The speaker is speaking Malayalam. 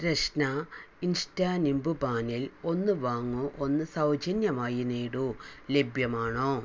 രശ്ന ഇൻസ്റ്റ നിംബുപാനിൽ ഒന്ന് വാങ്ങൂ ഒന്ന് സൗജന്യമായി നേടൂ ലഭ്യമാണോ